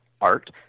art